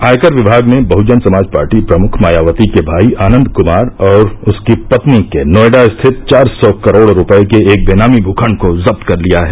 आयकर विभाग ने बहुजन समाज पार्टी प्रमुख मायावती के भाई आनंद कुमार और उसकी पत्नी के नोएडा स्थित चार सौ करोड़ रूपये के एक बेनामी भूखण्ड को जब्त कर लिया है